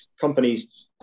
companies